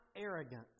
arrogance